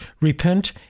repent